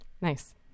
Nice